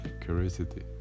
curiosity